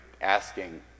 asking